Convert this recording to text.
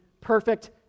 perfect